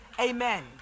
Amen